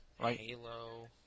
Halo